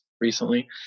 recently